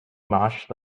marsh